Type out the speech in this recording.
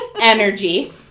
energy